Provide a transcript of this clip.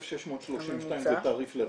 1632 זה תעריף לרווק,